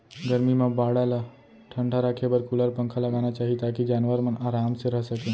गरमी म बाड़ा ल ठंडा राखे बर कूलर, पंखा लगाना चाही ताकि जानवर मन आराम से रह सकें